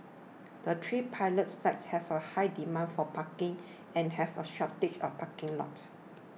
the three pilot sites have a high demand for parking and have a shortage of parking lots